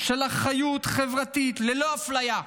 של אחריות חברתית ללא אפליה.